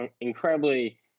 incredibly